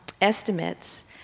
estimates